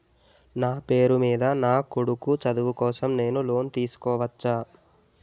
నా పేరు మీద నా కొడుకు చదువు కోసం నేను లోన్ తీసుకోవచ్చా?